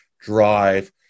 drive